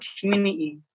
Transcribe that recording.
community